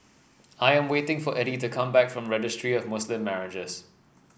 I am waiting for Eddy to come back from Registry of Muslim Marriages